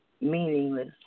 Meaningless